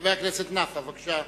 חבר הכנסת נפאע, בבקשה.